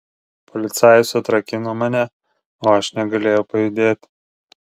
policajus atrakino mane o aš negalėjau pajudėti